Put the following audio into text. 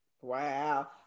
Wow